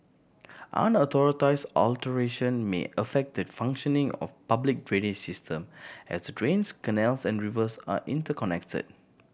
unauthorised alteration may affect the functioning of public drainage system as the drains canals and rivers are interconnected